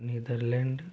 Netherlands